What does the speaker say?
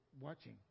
watching